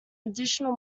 additional